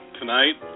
tonight